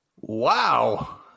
Wow